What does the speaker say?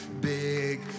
big